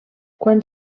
quan